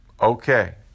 okay